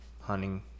hunting